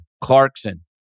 Clarkson